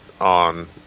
on